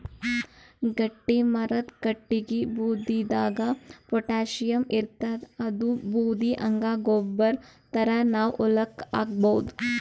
ಗಟ್ಟಿಮರದ್ ಕಟ್ಟಗಿ ಬೂದಿದಾಗ್ ಪೊಟ್ಯಾಷಿಯಂ ಇರ್ತಾದ್ ಅದೂ ಬೂದಿ ಹಂಗೆ ಗೊಬ್ಬರ್ ಥರಾ ನಾವ್ ಹೊಲಕ್ಕ್ ಹಾಕಬಹುದ್